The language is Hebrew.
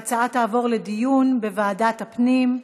ההצעה תעבור לדיון בוועדת הפנים.